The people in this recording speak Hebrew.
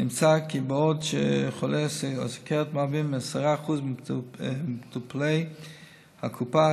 נמצא כי בעוד חולי הסוכרת מהווים 10% ממטופלי הקופה,